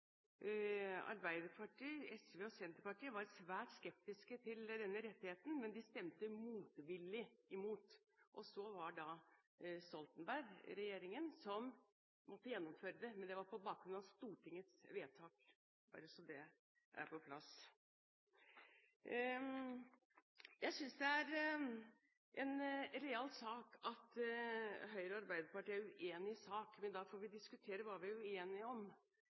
Arbeiderpartiet, SV og Senterpartiet var svært skeptiske til den rettigheten, men de stemte motvillig for. Det var Stoltenberg-regjeringen som måtte gjennomføre det, men det var på bakgrunn av Stortingets vedtak – bare så det er på plass. Jeg synes det er en real sak at Høyre og Arbeiderpartiet er uenig i sak, men da får vi diskutere hva vi er uenige om,